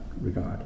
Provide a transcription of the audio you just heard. regard